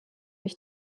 ich